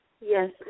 yes